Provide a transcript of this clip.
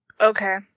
Okay